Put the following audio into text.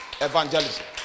evangelism